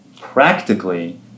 Practically